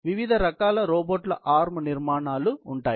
కాబట్టి వివిధ రకాల రోబోట్ల ఆర్మ్ నిర్మాణాలు ఉంటాయి